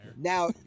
Now